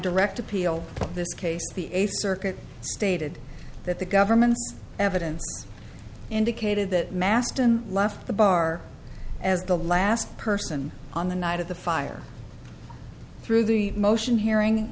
direct appeal this case be a circuit stated that the government's evidence indicated that maston left the bar as the last person on the night of the fire through the motion hearing